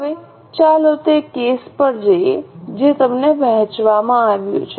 હવે ચાલો તે કેસ પર જઈએ જે તમને વહેંચવામાં આવ્યું છે